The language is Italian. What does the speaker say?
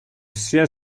sia